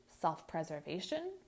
self-preservation